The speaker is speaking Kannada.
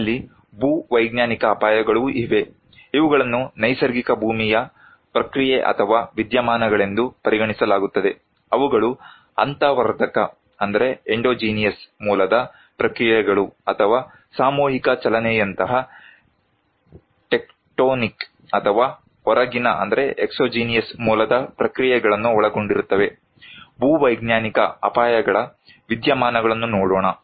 ನಮ್ಮಲ್ಲಿ ಭೂವೈಜ್ಞಾನಿಕ ಅಪಾಯಗಳೂ ಇವೆ ಇವುಗಳನ್ನು ನೈಸರ್ಗಿಕ ಭೂಮಿಯ ಪ್ರಕ್ರಿಯೆ ಅಥವಾ ವಿದ್ಯಮಾನಗಳೆಂದು ಪರಿಗಣಿಸಲಾಗುತ್ತದೆ ಅವುಗಳು ಅಂತರ್ವರ್ಧಕ ಮೂಲದ ಪ್ರಕ್ರಿಯೆಗಳು ಅಥವಾ ಸಾಮೂಹಿಕ ಚಲನೆಯಂತಹ ಟೆಕ್ಟೋನಿಕ್ ಅಥವಾ ಹೊರಗಿನ ಮೂಲದ ಪ್ರಕ್ರಿಯೆಗಳನ್ನು ಒಳಗೊಂಡಿರುತ್ತವೆ ಭೂವೈಜ್ಞಾನಿಕ ಅಪಾಯಗಳ ವಿದ್ಯಮಾನಗಳನ್ನು ನೋಡೋಣ